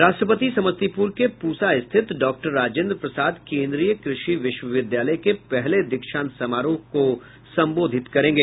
राष्ट्रपति समस्तीपुर के प्रसा स्थित डॉक्टर राजेंद्र प्रसाद केंद्रीय कृषि विश्वविद्यालय के पहले दीक्षांत समारोह में भाग लेंगे